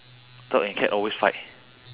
dog and cat always fight